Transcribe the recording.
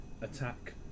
attack